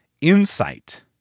insight